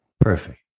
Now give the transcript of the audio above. perfect